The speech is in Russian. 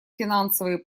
финансовые